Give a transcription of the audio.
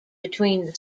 between